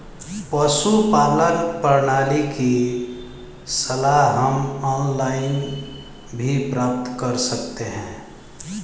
पशुपालन प्रणाली की सलाह हम ऑनलाइन भी प्राप्त कर सकते हैं